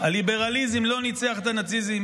הליברליזם לא ניצח את הנאציזם?